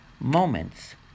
Moments